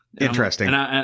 interesting